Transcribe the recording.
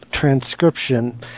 transcription